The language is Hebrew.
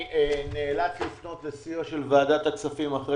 אני נאלץ לפנות לסיוע של ועדת הכספים אחרי